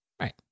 Right